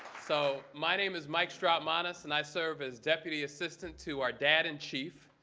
so my name is mike strautmanis. and i serve as deputy assistant to our dad in chief,